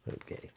Okay